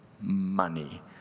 money